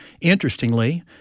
interestingly